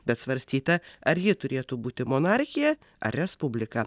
bet svarstyta ar ji turėtų būti monarchija ar respublika